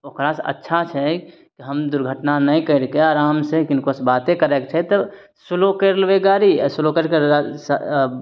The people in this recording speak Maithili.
ओकरा से अच्छा छै जे हम दुर्घटना नहि करिके आराम से किनको से बाते करयके छै तब स्लो करि लेबै गाड़ी आ स्लो करीके